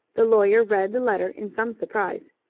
the lawyer read the letter in some surprise.